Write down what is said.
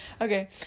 Okay